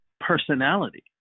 personality